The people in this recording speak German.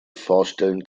vorstellen